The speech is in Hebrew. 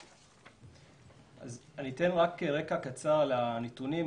אני אתן רקע קצר לנתונים,